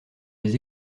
les